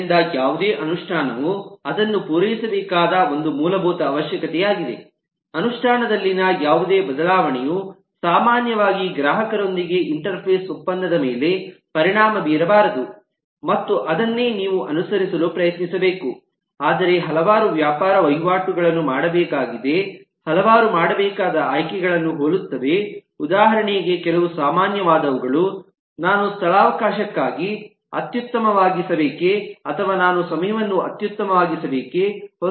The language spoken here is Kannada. ಆದ್ದರಿಂದ ಯಾವುದೇ ಅನುಷ್ಠಾನವು ಅದನ್ನು ಪೂರೈಸಬೇಕಾದ ಒಂದು ಮೂಲಭೂತ ಅವಶ್ಯಕತೆಯಾಗಿದೆ ಅನುಷ್ಠಾನದಲ್ಲಿನ ಯಾವುದೇ ಬದಲಾವಣೆಯು ಸಾಮಾನ್ಯವಾಗಿ ಗ್ರಾಹಕರೊಂದಿಗೆ ಇಂಟರ್ಫೇಸ್ ಒಪ್ಪಂದದ ಮೇಲೆ ಪರಿಣಾಮ ಬೀರಬಾರದು ಮತ್ತು ಅದನ್ನೇ ನೀವು ಅನುಸರಿಸಲು ಪ್ರಯತ್ನಿಸಬೇಕು ಆದರೆ ಹಲವಾರು ವ್ಯಾಪಾರ ವಹಿವಾಟುಗಳನ್ನು ಮಾಡಬೇಕಾಗಿದೆ ಹಲವಾರು ಮಾಡಬೇಕಾದ ಆಯ್ಕೆಗಳನ್ನು ಹೋಲುತ್ತವೆ ಉದಾಹರಣೆಗೆ ಕೆಲವು ಸಾಮಾನ್ಯವಾದವುಗಳು ನಾನು ಸ್ಥಳಾವಕಾಶಕ್ಕಾಗಿ ಅತ್ಯುತ್ತಮವಾಗಿಸಬೇಕೇ ಅಥವಾ ನಾನು ಸಮಯವನ್ನು ಅತ್ಯುತ್ತಮವಾಗಿಸಬೇಕೇ